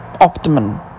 optimum